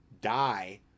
die